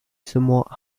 somewhat